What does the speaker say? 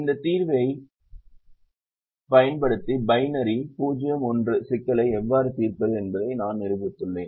இந்த தீர்வைப் பயன்படுத்தி பைனரி 0 1 சிக்கலை எவ்வாறு தீர்ப்பது என்பதை நான் நிரூபித்துள்ளேன்